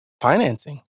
Financing